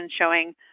showing